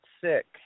sick